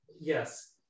yes